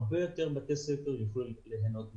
הרבה יותר בתי ספר יוכלו ליהנות מהמיזם.